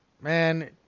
Man